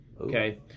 Okay